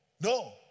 no